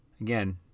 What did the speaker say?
Again